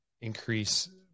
increase